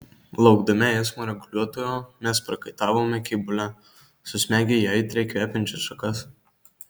laukdami eismo reguliuotojo mes prakaitavome kėbule susmegę į aitriai kvepiančias šakas